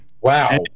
wow